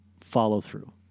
follow-through